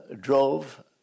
drove